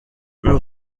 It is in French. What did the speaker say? peut